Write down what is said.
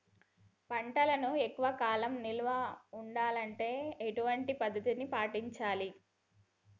పంటలను ఎక్కువ కాలం నిల్వ ఉండాలంటే ఎటువంటి పద్ధతిని పాటించాలే?